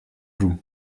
joue